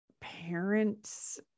parent's